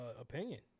opinion